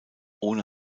ohne